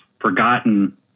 forgotten